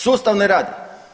Sustav ne radi.